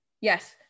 Yes